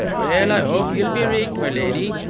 well, i hope ye'll be richt, my leddy,